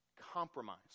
compromise